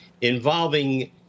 involving